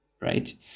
right